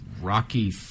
Rocky